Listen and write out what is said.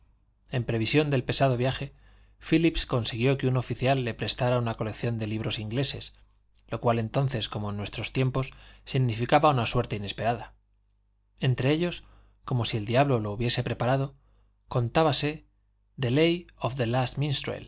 en previsión del pesado viaje phillips consiguió que un oficial le prestara una colección de libros ingleses lo cual entonces como en nuestros tiempos significaba una suerte inesperada entre ellos como si el diablo lo hubiese preparado contábase the lay of the last